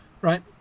right